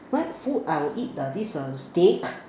night food I will eat the this err steak